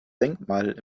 denkmal